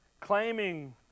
claiming